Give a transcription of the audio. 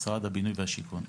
משרד הבינוי והשיכון.